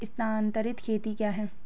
स्थानांतरित खेती क्या है?